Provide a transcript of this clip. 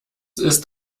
ist